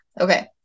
Okay